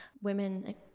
Women